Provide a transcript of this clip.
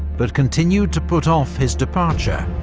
but continued to put off his departure,